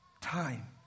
Time